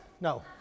No